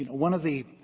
one of the